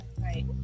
right